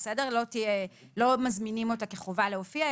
לא מזמינים אותה כחובה להופיע,